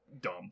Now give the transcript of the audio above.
dumb